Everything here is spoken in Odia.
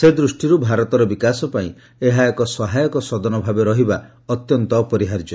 ସେଦୃଷ୍ଟିରୁ ଭାରତର ବିକାଶ ପାଇଁ ଏହା ଏକ ସହାୟକ ସଦନ ଭାବେ ରହିବା ଅତ୍ୟନ୍ତ ଅପରିହାର୍ଯ୍ୟ